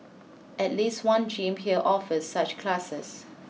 at least one gym here offers such classes